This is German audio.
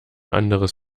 anderes